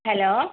hello